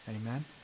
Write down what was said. Amen